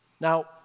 Now